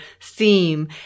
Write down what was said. theme